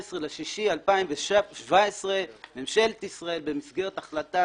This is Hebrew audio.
ב-18.6.2017 ממשלת ישראל במסגרת החלטה